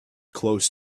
close